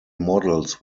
models